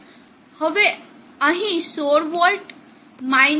હવે અહીં 16 વોલ્ટ 0